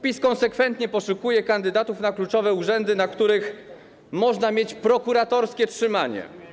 PiS konsekwentnie poszukuje kandydatów na kluczowe urzędy, na których można mieć prokuratorskie trzymanie.